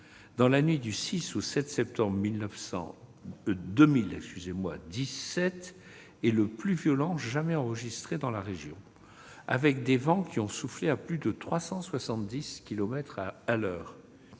dans la nuit du 6 au 7 septembre 2017 est le plus violent jamais enregistré dans la région, avec des vents qui ont soufflé à plus de 370 kilomètres-heure.